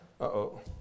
Uh-oh